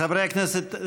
חברי הכנסת,